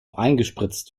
eingespritzt